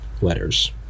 letters